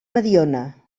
mediona